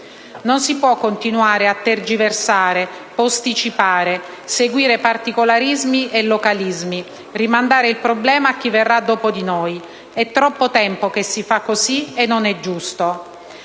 Non si può continuare a tergiversare, a posticipare, a seguire particolarismi e localismi, a rimandare il problema a chi verrà dopo di noi: è troppo tempo che si fa cosi e non è giusto.